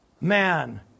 man